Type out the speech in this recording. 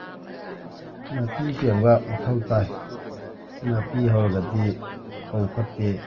ꯅꯥꯄꯤ ꯄꯦꯡꯕ ꯃꯊꯧ ꯇꯥꯏ ꯅꯥꯄꯤ ꯍꯧꯔꯒꯗꯤ ꯐꯧ ꯐꯠꯇꯦ